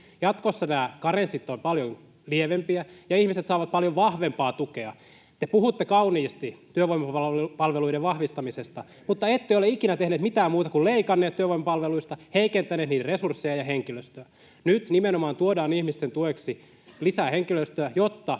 Jatkossa nämä karenssit ovat paljon lievempiä ja ihmiset saavat paljon vahvempaa tukea. Te puhutte kauniisti työvoimapalveluiden vahvistamisesta, mutta ette ole ikinä tehneet mitään muuta kuin leikanneet työvoimapalveluista, heikentäneet niiden resursseja ja henkilöstöä. Nyt nimenomaan tuodaan ihmisten tueksi lisää henkilöstöä, jotta